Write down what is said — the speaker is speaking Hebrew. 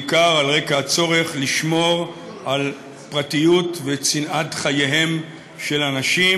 בעיקר על רקע הצורך לשמור על הפרטיות וצנעת חייהם של אנשים,